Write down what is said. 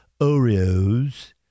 Oreos